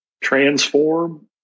transform